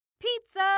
Pizza